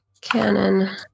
cannon